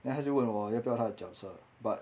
then 他就问我要不要他的脚车 but